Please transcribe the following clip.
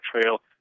trail